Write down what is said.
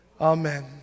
Amen